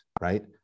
right